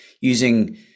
using